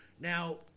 Now